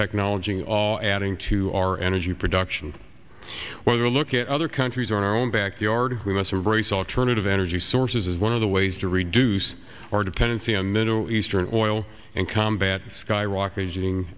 technology adding to our energy production whether look at other countries or our own backyard we must embrace alternative energy sources as one of the ways to reduce our dependency on middle eastern oil and combat skyrocketing